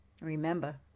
Remember